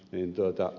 en tuota